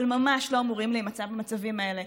אבל ממש לא אמורים להימצא במצבים האלה.